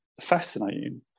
fascinating